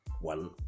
one